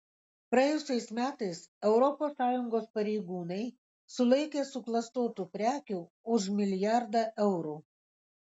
praėjusiais metais europos sąjungos pareigūnai sulaikė suklastotų prekių už milijardą eurų